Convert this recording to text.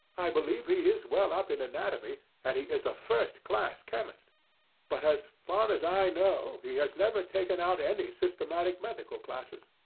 i believe he is well up in anatomy, and he is a first-class chemist but, as far as i know, know, he has never taken out any systematic medical classes.